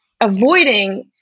avoiding